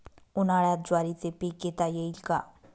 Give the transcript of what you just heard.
उन्हाळ्यात ज्वारीचे पीक घेता येईल का?